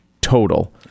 total